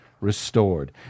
restored